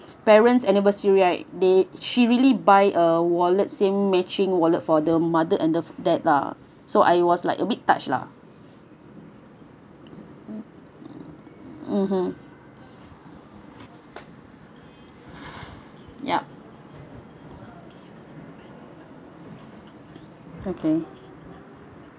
parents anniversary right they she really buy a wallet same matching wallet for the mother and the dad lah so I was like a bit touched lah (uh huh) yup okay